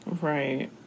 Right